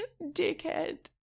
Dickhead